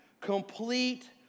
Complete